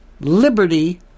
liberty